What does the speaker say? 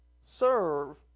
serve